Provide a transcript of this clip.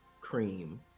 cream